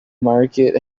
market